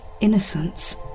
innocence